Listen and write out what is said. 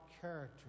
character